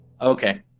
Okay